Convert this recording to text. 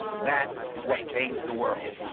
that is what changed the world.